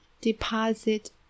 deposit